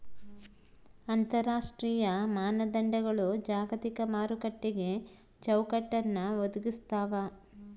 ಅಂತರರಾಷ್ಟ್ರೀಯ ಮಾನದಂಡಗಳು ಜಾಗತಿಕ ಮಾರುಕಟ್ಟೆಗೆ ಚೌಕಟ್ಟನ್ನ ಒದಗಿಸ್ತಾವ